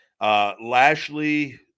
Lashley